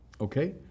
Okay